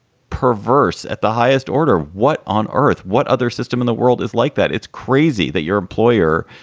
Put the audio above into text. perverse at the highest order, what on earth, what other system in the world is like that? it's crazy that your employer,